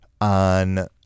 on